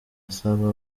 asaba